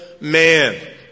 man